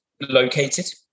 located